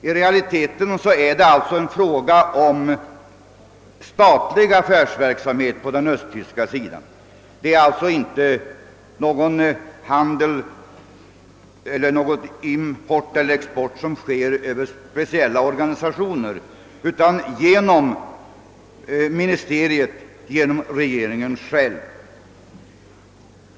I realiteten är det alltså en fråga om statlig affärsverksamhet på den östtyska sidan, d.v.s. handel genom ministeriet, d.v.s. regeringen själv.